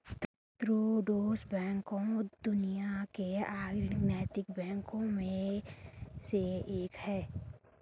Triodos bank दुनिया के अग्रणी नैतिक बैंकों में से एक है